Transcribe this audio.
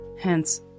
hence